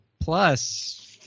Plus